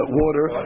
water